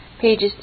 pages